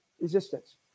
Resistance